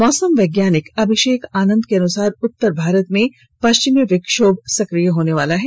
मौसम वैज्ञानिक अमिषेक आनंद के अनुसार उत्तर भारत में पश्चिमी विक्षोभ सक्रिय होनेवाला है